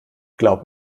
glaub